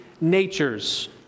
natures